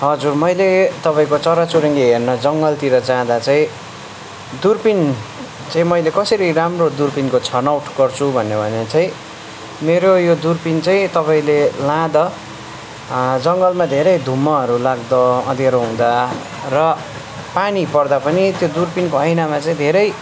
हजुर मैले तपाईँको चराचुरुङ्गी हेर्न जङ्गलतिर जाँदा चाहिँ दुर्बिन चाहिँ मैले कसरी राम्रो दुर्बिनको छनावट गर्छु भन्ने भने चाहिँ मेरो यो दुर्बिन चाहिँ तपाईँले लाँदा जङ्गलमा धेरै धुम्महरू लाग्द अँध्यारो हुँदा र पानी पर्दा पनि त्यो दुर्बिनको ऐनामा चाहिँ धेरै